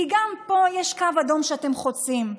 כי גם פה יש קו אדום שאתם חוצים.